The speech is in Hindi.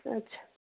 अच्छा